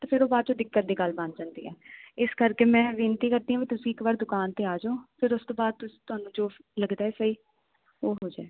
ਤੇ ਫਿਰ ਉਹ ਬਾਅਦ ਚੋਂ ਦਿੱਕਤ ਦੀ ਗੱਲ ਬਣ ਜਾਂਦੀ ਆ ਇਸ ਕਰਕੇ ਮੈਂ ਬੇਨਤੀ ਕਰਦੀ ਆ ਵੀ ਤੁਸੀਂ ਇੱਕ ਵਾਰ ਦੁਕਾਨ ਤੇ ਆ ਜਾਓ ਫਿਰ ਉਸ ਤੋਂ ਬਾਅਦ ਤੁਹਾਨੂੰ ਜੋ ਲੱਗਦਾ ਸਹੀ ਉਹ ਹੋ ਜਾਏ